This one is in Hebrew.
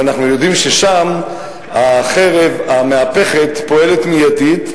ואנחנו יודעים ששם המהפכת פועלת מיידית,